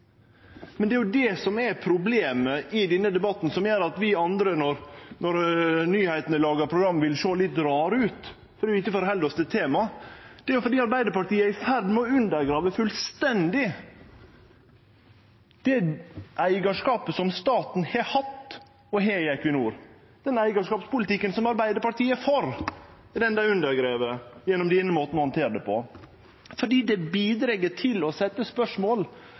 Men det er det som er problemet i denne debatten, og som gjer at vi andre, når nyheitene lagar program, vil sjå litt rare ut fordi vi ikkje held oss til temaet. Det skjer fordi Arbeidarpartiet er i ferd med å undergrave fullstendig det eigarskapet som staten har hatt, og har, i Equinor – den eigarskapspolitikken som Arbeidarpartiet er for. Det er den dei undergrev gjennom denne måten å handtere det på, fordi det bidreg til å